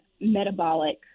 metabolic